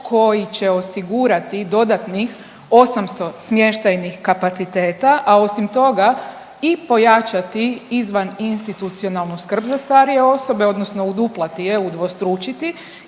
koji će osigurati dodatnih 800 smještajnih kapaciteta, a osim toga i pojačati izvaninstitucionalnu skrb za starije osobe odnosno uduplati je, udvostručiti